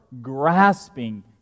grasping